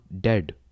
dead